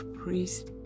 priest